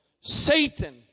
Satan